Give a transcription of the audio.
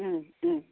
ও ও